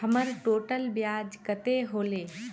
हमर टोटल ब्याज कते होले?